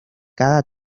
cada